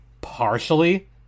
partially